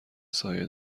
سایه